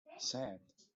set